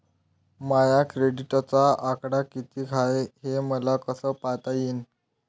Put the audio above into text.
माया क्रेडिटचा आकडा कितीक हाय हे मले कस पायता येईन?